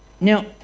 Now